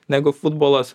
negu futbolas